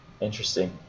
interesting